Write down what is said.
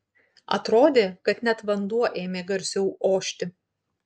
atrodė kad net vanduo ėmė garsiau ošti